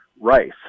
rice